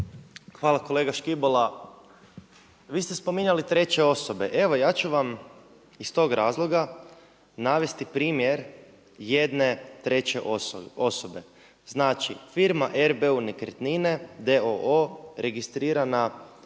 Hvala. Kolega Škibola, vi ste spominjali treće osobe. Evo ja ću vam iz tog razloga navesti primjer jedne treće osobe. Znači, firma RBU Nekretnine d.o.o., registrirana